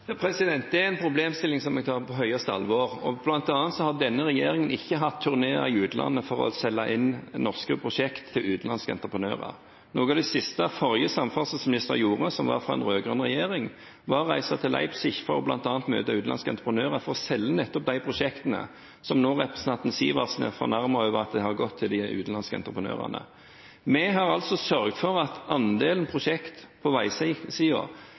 Det er en problemstilling som jeg tar på det største alvor. Blant annet har denne regjeringen ikke hatt turneer i utlandet for å selge inn norske prosjekter til utenlandske entreprenører. Noe av det siste den forrige samferdselsministeren, som var fra den rød-grønne regjeringen, gjorde, var å reise til Leipzig for bl.a. å møte utenlandske entreprenører for å selge nettopp de prosjektene som representanten Sivertsen nå er fornærmet over at har gått til de utenlandske entreprenørene. Vi har altså sørget for at andelen prosjekter på